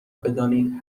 بدانید